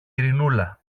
ειρηνούλα